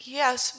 yes